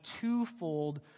twofold